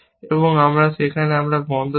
এবং এই যেখানে আমরা বন্ধ ছিল